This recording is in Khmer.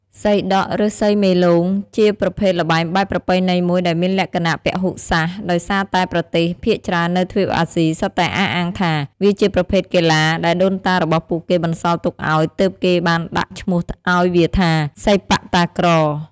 សីដក់ ឬ សីមេលោង ជាប្រភេទល្បែងបែបប្រពៃណីមួយដែលមានលក្ខណៈពហុសាសន៍ដោយសារតែប្រទេស ភាគច្រើននៅទ្វីបអាស៊ីសុទ្ធតែអះអាងថា វាជាប្រភេទកីឡាដែលដូនតារបស់ពួកគេបន្សល់ទុកឲ្យទើបគេបានដាក់ឈ្មោះឲ្យវាថា សីប៉ាក់តាក្រ។